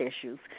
issues